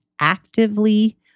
actively